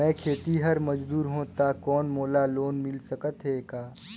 मैं खेतिहर मजदूर हों ता कौन मोला लोन मिल सकत हे का?